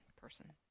person